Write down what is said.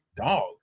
dog